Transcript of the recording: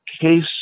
case